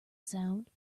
sound